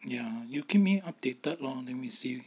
ya you keep me updated lor let me see